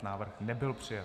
Návrh nebyl přijat.